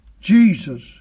Jesus